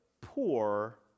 poor